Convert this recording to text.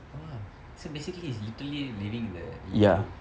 !wah! so basically he's literally living in the living room